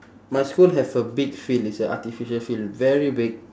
my school have a big field it's a artificial field very big